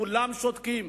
כולם שותקים.